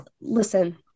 listen